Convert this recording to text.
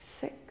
six